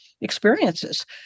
experiences